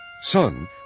Son